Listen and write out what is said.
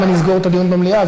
אם אני אסגור את הדיון במליאה,